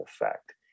effect